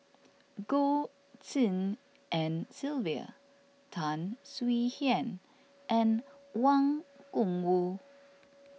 Goh Tshin En Sylvia Tan Swie Hian and Wang Gungwu